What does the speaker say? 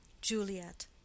Juliet